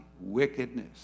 wickedness